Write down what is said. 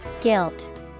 Guilt